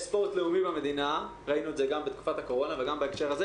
יש ספורט לאומי במדינה ראינו את זה גם בתקופת הקורונה וגם בהקשר הזה,